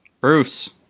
Bruce